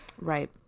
Right